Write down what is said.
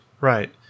Right